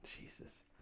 Jesus